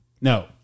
No